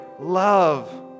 love